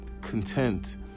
content